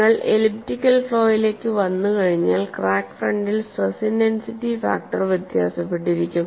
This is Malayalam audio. നിങ്ങൾ എലിപ്റ്റിക്കൽ ഫ്ലോയിലേക്ക് വന്നുകഴിഞ്ഞാൽ ക്രാക്ക് ഫ്രണ്ടിൽ സ്ട്രെസ് ഇന്റൻസിറ്റി ഫാക്ടർ വ്യത്യാസപ്പെട്ടിരിക്കും